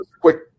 quick